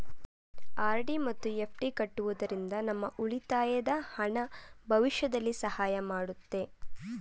RD ಮತ್ತು FD ಕಟ್ಟುವುದರಿಂದ ನಮ್ಮ ಉಳಿತಾಯದ ಹಣ ಭವಿಷ್ಯದಲ್ಲಿ ಸಹಾಯ ಮಾಡುತ್ತೆ